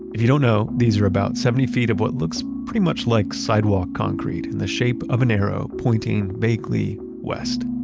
if you don't know, these are about seventy feet of what looks pretty much like sidewalk concrete in the shape of an arrow, pointing vaguely west.